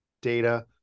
data